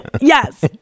Yes